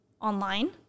online